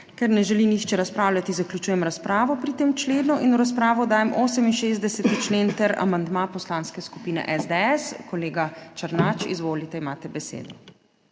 Ker ne želi nihče razpravljati, zaključujem razpravo pri tem členu. V razpravo dajem 68. člen ter amandma Poslanske skupine SDS. Kolega Černač, izvolite, imate besedo.